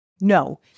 No